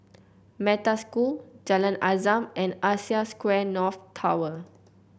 Metta School Jalan Azam and Asia Square North Tower